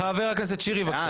חבר הכנסת שירי, בבקשה.